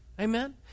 Amen